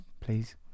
please